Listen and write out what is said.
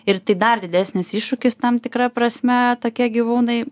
ir tai dar didesnis iššūkis tam tikra prasme tokie gyvūnai